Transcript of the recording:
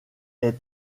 est